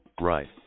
Right